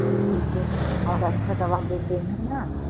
अच्छा ठीक है और अच्छा दवा देते हैं ना